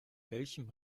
welchem